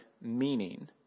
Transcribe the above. meaning